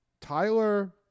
Tyler